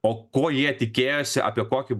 o ko jie tikėjosi apie kokį